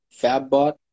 Fabbot